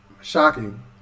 shocking